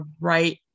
right